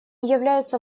являются